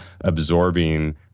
absorbing